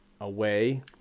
away